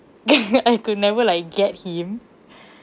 I could never like get him